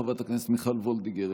חברת הכנסת מיכל וולדיגר,